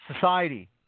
Society